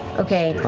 okay.